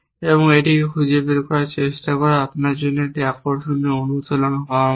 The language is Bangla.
এবং এটি খুঁজে বের করার চেষ্টা করা আপনার জন্য একটি আকর্ষণীয় অনুশীলন হওয়া উচিত